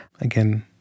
again